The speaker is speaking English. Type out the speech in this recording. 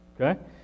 Okay